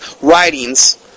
writings